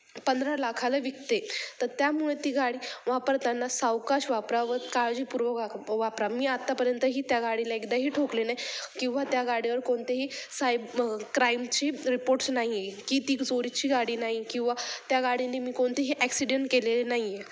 पंधरा लाखाला विकते तर त्यामुळे ती गाडी वापरताना सावकाश वापरा व काळजीपूर्वक वा वापरा मी आत्तापर्यंतही त्या गाडीला एकदाही ठोकले नाही किंवा त्या गाडीवर कोणतेही सायब क्राईमची रिपोर्ट्स नाही आहे की ती चोरीची गाडी नाही किंवा त्या गाडीने मी कोणतेही ॲक्सिडेंट केलेले नाही आहे